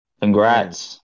Congrats